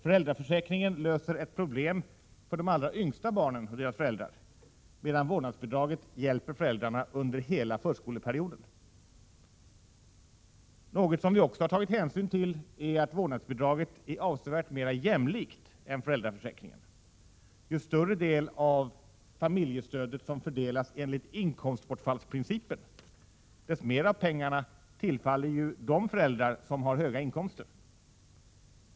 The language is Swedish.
Föräldraförsäkringen löser ett problem för de allra yngsta barnen och deras föräldrar, medan vårdnadsbidraget hjälper föräldrarna under hela förskoleperioden. Vårdnadsbidraget är också avsevärt mera jämlikt än föräldraförsäkringen. Ju större del av familjestödet som fördelas enligt inkomstbortfallsprincipen, desto mer av pengarna tillfaller ju de föräldrar som har höga inkomster.